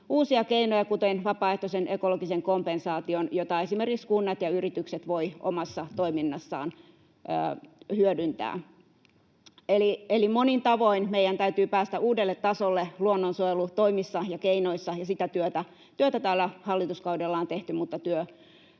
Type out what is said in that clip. uusia keinoja, kuten vapaaehtoisen ekologisen kompensaation, jota esimerkiksi kunnat ja yritykset voivat omassa toiminnassaan hyödyntää. Eli monin tavoin meidän täytyy päästä uudelle tasolle luonnonsuojelutoimissa ja ‑keinoissa, ja sitä työtä tällä hallituskaudella on tehty, mutta työtä